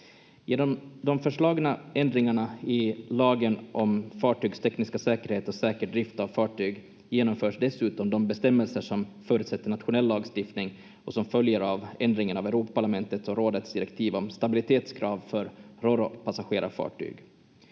ändringarna i lagen om fartygs tekniska säkerhet och säker drift av fartyg genomförs dessutom de bestämmelser som förutsätter nationell lagstiftning och som följer av ändringen av Europaparlamentets och rådets direktiv om stabilitetskrav för ro-ro-passagerarfartyg.